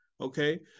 okay